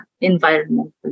environment